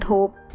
Hope